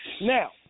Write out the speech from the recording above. now